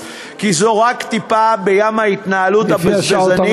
כי זו רק טיפה בים ההתנהלות הבזבזנית.